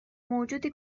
موجودی